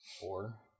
four